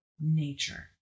nature